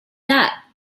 that